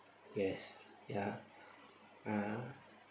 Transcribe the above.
yes ya ah